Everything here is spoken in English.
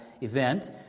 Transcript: event